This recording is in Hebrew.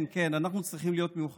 כן, כן, אנחנו צריכים להיות מאוחדים,